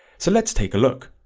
so let's take a look,